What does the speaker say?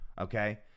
Okay